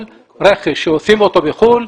כל רכש שעושים אותו בחוץ לארץ,